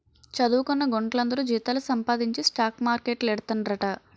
చదువుకొన్న గుంట్లందరూ జీతాలు సంపాదించి స్టాక్ మార్కెట్లేడతండ్రట